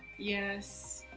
yes.